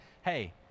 hey